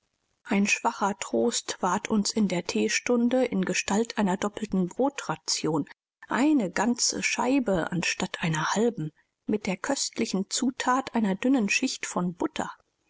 ein schwacher trost ward uns in der theestunde in gestalt einer doppelten brotration eine ganze scheibe anstatt einer halben mit der köstlichen zuthat einer dünnen schicht von butter